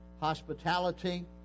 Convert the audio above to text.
hospitality